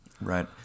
Right